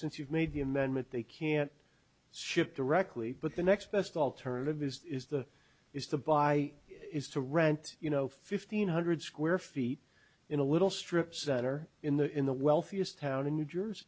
since you've made the amendment they can't ship directly but the next best alternative is the is to buy is to rent you know fifteen hundred square feet in a little strip center in the in the wealthiest town in new jersey